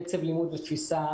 קצב לימוד ותפיסה,